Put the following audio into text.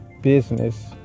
business